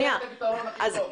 אנחנו ניתן את הפתרון הכי טוב.